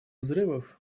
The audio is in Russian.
взрывов